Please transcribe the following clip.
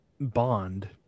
bond